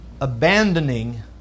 abandoning